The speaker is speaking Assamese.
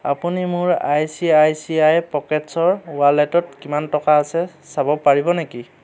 আপুনি মোৰ I C I C I পকেটছ্ৰ ৱালেটত কিমান টকা আছে চাব পাৰিব নেকি